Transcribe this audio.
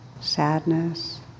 sadness